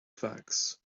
facts